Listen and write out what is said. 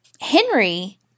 Henry